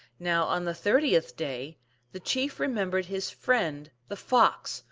now on the thirtieth day the chief remembered his. friend the fox,